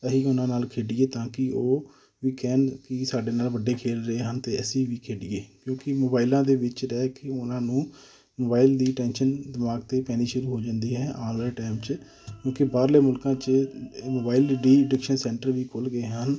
ਅਸੀਂ ਵੀ ਉਹਨਾਂ ਨਾਲ ਖੇਡੀਏ ਤਾਂ ਕਿ ਉਹ ਵੀ ਕਹਿਣ ਕਿ ਸਾਡੇ ਨਾਲ ਵੱਡੇ ਖੇਡ ਰਹੇ ਹਨ ਅਤੇ ਅਸੀਂ ਵੀ ਖੇਡੀਏ ਕਿਉਂਕਿ ਮੋਬਾਈਲਾਂ ਦੇ ਵਿੱਚ ਰਹਿ ਕੇ ਉਹਨਾਂ ਨੂੰ ਮੋਬਾਈਲ ਦੀ ਟੈਂਸ਼ਨ ਦਿਮਾਗ 'ਤੇ ਪੈਣੀ ਸ਼ੁਰੂ ਹੋ ਜਾਂਦੀ ਹੈ ਆਉਣ ਵਾਲੇ ਟੈਮ 'ਚ ਕਿਉਂਕਿ ਬਾਹਰਲੇ ਮੁਲਕਾਂ 'ਚ ਮੋਬਾਇਲ ਰਿਡੀਡਿਕਸ਼ਨ ਸੈਂਟਰ ਵੀ ਖੁੱਲ੍ਹ ਗਏ ਹਨ